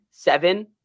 Seven